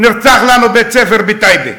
נרצח לנו בבית-ספר בטייבה,